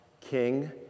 King